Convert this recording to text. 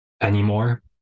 anymore